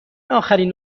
آخرین